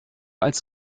als